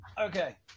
Okay